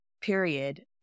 period